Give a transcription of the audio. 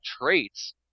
traits